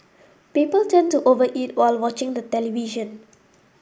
people tend to over eat while watching the television